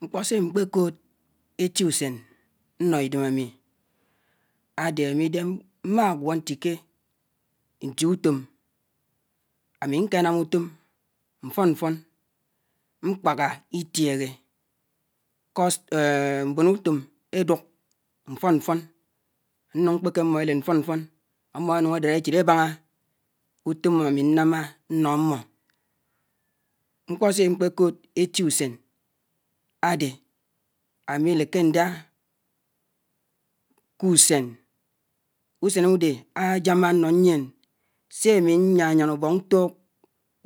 Mkpó sé mkpékòd étiùsén ñnó ídém ámì ádé ámídé mmágwó ntíké ntié ùtòm ámì ñkénám ùtòm mfón mfón ñtwáhá ítiéhé cos mbòn ùtòm édùk mfòn mfòn ánuñ mkpéké ámmó ñléd mfón mfón ámmó énùñ édád échid ébáñá ùtòm ámì ñnámá ñnó ámmó, mkpó sé ámkpékòd étíùsén ádé ámìléké ñdá kùsén ùséídé ájámá áñnó ñyièn sémì ñyáyán ùbók ñtùùg